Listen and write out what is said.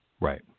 Right